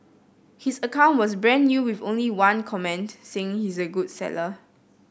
his account was brand new with only one comment saying he's a good seller